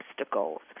obstacles